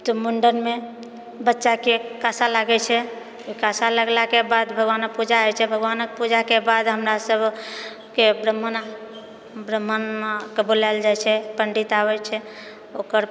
तऽ मुण्डनमे बच्चाके कसा लागै छै ओ कसा लगलाके बाद भगवानके पूजा होइ छै भगवानके पूजाके बाद हमरा सभके ब्रह्मण ब्रह्मणकेँ बोलाएल जाइ छै पण्डित आबै छै ओकर